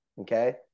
okay